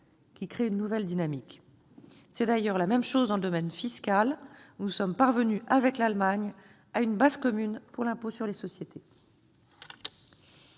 qui crée une nouvelle dynamique. Il en va d'ailleurs de même dans le domaine fiscal, où nous sommes parvenus avec l'Allemagne à une base commune pour l'impôt sur les sociétés.